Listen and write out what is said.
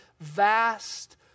vast